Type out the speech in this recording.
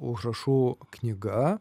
užrašų knyga